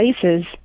places